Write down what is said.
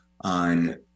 on